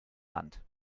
land